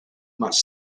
much